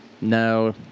No